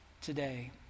today